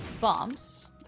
Bombs